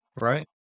Right